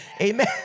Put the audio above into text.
amen